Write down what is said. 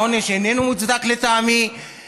העונש איננו מוצדק לטעמי,